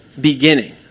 beginning